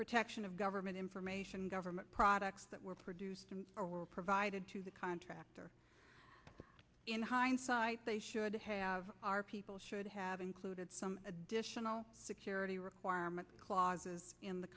protection of government information government products that were produced or were provided to the contractor in hindsight they should have people should have included some additional security requirement clauses in the